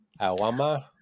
Awama